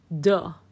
duh